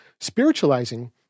Spiritualizing